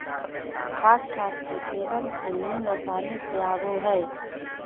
खसखस के सेवन से नींद आसानी से आवय हइ